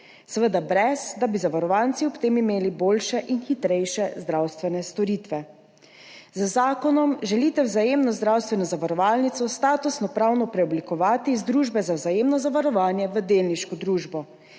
seveda brez da bi zavarovanci ob tem imeli boljše in hitrejše zdravstvene storitve. Z zakonom želite Vzajemno zdravstveno zavarovalnico statusno pravno preoblikovati iz družbe za vzajemno zavarovanje v delniško družbo.